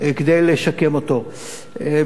לשקם אותו מפגיעתם.